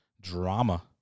drama